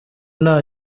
nta